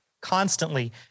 constantly